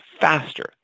faster